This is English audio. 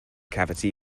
cavity